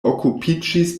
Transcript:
okupiĝis